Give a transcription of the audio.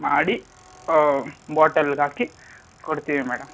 ಮಾಡಿ ಬಾಟಲ್ಗೆ ಹಾಕಿ ಕೊಡ್ತೀವಿ ಮೇಡಮ್